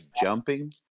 jumping